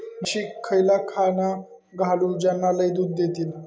म्हशीक खयला खाणा घालू ज्याना लय दूध देतीत?